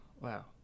wow